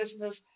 business